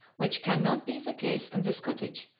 which can not be the case in this cottage,